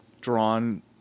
drawn